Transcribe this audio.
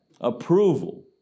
approval